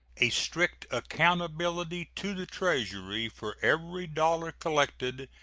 a strict accountability to the treasury for every dollar collected,